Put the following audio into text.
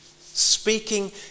Speaking